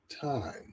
time